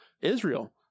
Israel